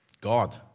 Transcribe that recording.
God